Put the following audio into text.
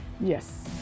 Yes